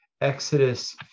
Exodus